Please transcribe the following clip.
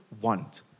want